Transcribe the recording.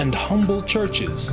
and churches